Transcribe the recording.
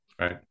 right